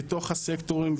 בתוך הסקטורים,